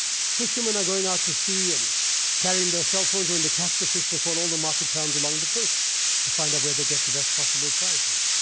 fishermen are going out to sea and carrying their cell phones. when they catch the fish they call all the market towns along the coast to find out where they get the best possible prices.